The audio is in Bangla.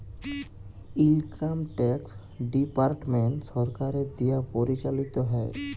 ইলকাম ট্যাক্স ডিপার্টমেন্ট সরকারের দিয়া পরিচালিত হ্যয়